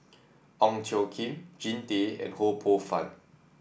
Ong Tjoe Kim Jean Tay and Ho Poh Fun